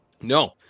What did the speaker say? No